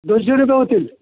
दोनशे रुपये होतील